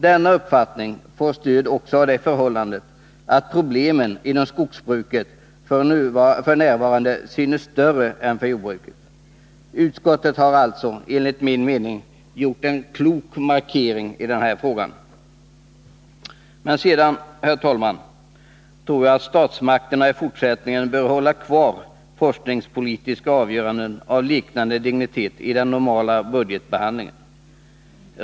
Denna uppfattning får stöd också av det förhållandet att problemen inom skogsbruket f.n. synes större än för jordbruket. Utskottet har alltså, enligt min mening, gjort en klok markering i den här frågan. Men sedan anser jag, herr talman, att statsmakterna i fortsättningen bör hålla kvar forskningspolitiska avgöranden av liknande dignitet i den normala budgetbehandlingen.